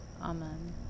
Amen